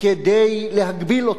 כדי להגביל אותה.